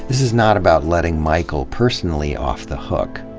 is not about letting michael personally off the hook.